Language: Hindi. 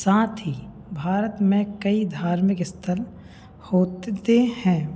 साथ ही भारत में कई धार्मिक स्थल होते हैं